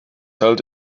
held